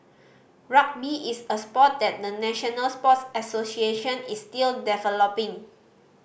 rugby is a sport that the national sports association is still developing